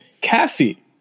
Cassie